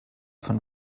von